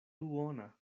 duona